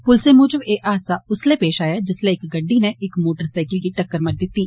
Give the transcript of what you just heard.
पुलस मूजब एह हादसा उस्सलै पेष आया जिस्सलै इक गड्डी नै इक मोटर साईकल गी टक्कर मारी दिती